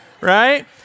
right